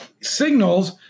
signals